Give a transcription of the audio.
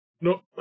no